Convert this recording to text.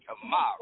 tomorrow